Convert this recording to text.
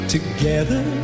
Together